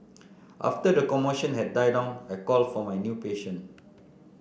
after the commotion had died down I called for my new patient